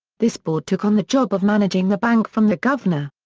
this board took on the job of managing the bank from the governor.